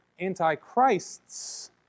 Antichrists